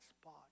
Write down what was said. spot